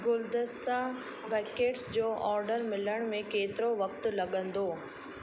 गुलदस्ता बकेट्स जो ऑर्डर मिलण में केतिरो वक्त लॻंदो